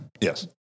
Yes